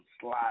slide